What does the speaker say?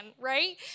right